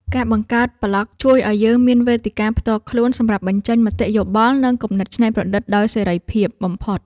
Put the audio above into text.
ការបង្កើតប្លក់ជួយឱ្យយើងមានវេទិកាផ្ទាល់ខ្លួនសម្រាប់បញ្ចេញមតិយោបល់ និងគំនិតច្នៃប្រឌិតដោយសេរីភាពបំផុត។